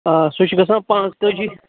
آ سُہ چھِ گژھان پانٛژھ تٲجی